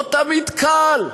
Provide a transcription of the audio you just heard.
לא תמיד קל,